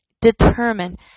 determine